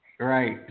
Right